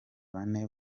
bane